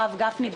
הרב גפני,